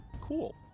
Cool